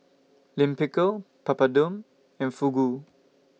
Lime Pickle Papadum and Fugu